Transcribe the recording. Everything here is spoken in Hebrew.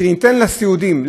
שניתן לסיעודיים,